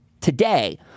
Today